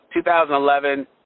2011